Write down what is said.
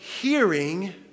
hearing